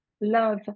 love